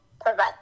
prevent